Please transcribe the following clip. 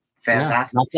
Fantastic